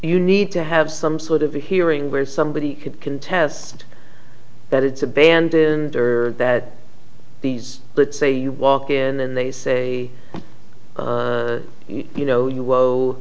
you need to have some sort of a hearing where somebody could contest that it's abandoned or that these let's say you walk in and they say you know